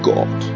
God